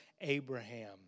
Abraham